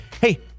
hey